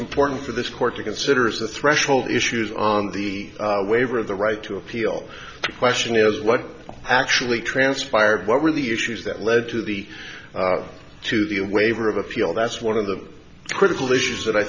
important for this court to consider is the threshold issues on the waiver of the right to appeal question is what actually transpired what were the issues that led to the to the waiver of a fuel that's one of the critical issues that i